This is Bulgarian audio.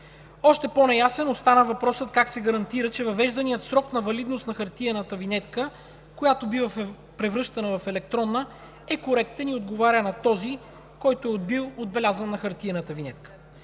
Още по-неясен остана въпросът как се гарантира, че въвежданият срок на валидност на хартиената винетка, която бива превръщана в електронна, е коректен и отговаря на този, който е бил отбелязан на хартиената винетка.